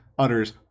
utters